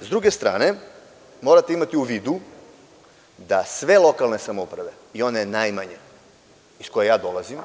S druge strane, morate imati u vidu da sve lokalne samouprave, i one najmanje, iz koje ja dolazim,